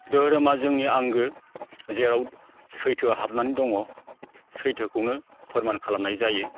धोरोमा जोंनि आंगो जेराव सैथो हाबनानै दङ सैथोखौनो फोरमान खालामनाय जायो